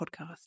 Podcast